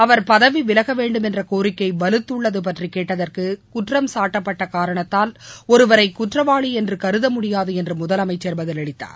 அவர் பதவி விலக வேண்டுமென்ற கோரிக்கை வலுத்துள்ளது பற்றி கேட்டதற்கு குற்றம்சாட்டப்பட்ட காரணத்தால் ஒருவரை குற்றவாளி என்று கருத முடியாது என்று முதலமைச்சர் பதிலளித்தார்